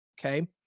Okay